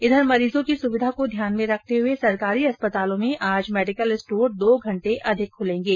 इघर मरीजों की सुविधा को ध्यान में रखते हुए सरकारी अस्पतालों में आज मेडिकल स्टोर दो घंटे अधिक खुलेंगे